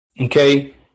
okay